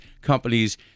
companies